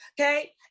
okay